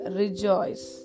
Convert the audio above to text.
rejoice